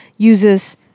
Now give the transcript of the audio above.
Uses